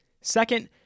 Second